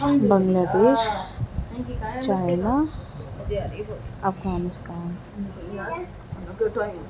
بنگلہ دیش چائنا افغانستان